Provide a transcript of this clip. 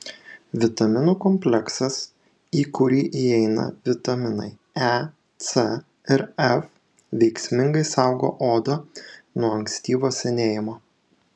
vitaminų kompleksas į kurį įeina vitaminai e c ir f veiksmingai saugo odą nuo ankstyvo senėjimo